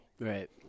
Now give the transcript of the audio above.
Right